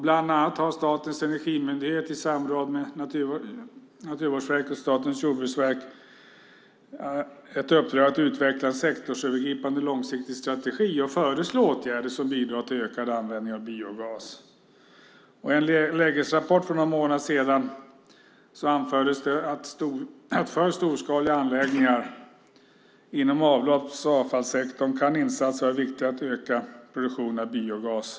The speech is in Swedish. Bland annat har Statens energimyndighet i samråd med Statens jordbruksverk och Naturvårdsverket ett uppdrag att utveckla en sektorsövergripande långsiktig strategi och föreslå åtgärder som bidrar till ökad användning av biogas. I en lägesrapport för en månad sedan anfördes att för storskaliga anläggningar inom avlopps och avfallssektorn kan insatser vara viktiga för att öka produktionen av biogas.